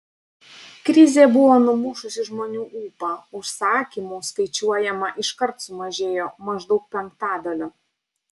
krizė buvo numušusi žmonių ūpą užsakymų skaičiuojama iškart sumažėjo maždaug penktadaliu